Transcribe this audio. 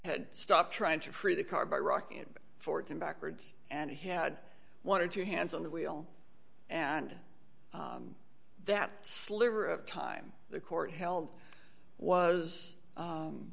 stopped trying to prove the car by rocking it forwards and backwards and had one or two hands on the wheel and that sliver of time the court held was